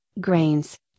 grains